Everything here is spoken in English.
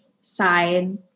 side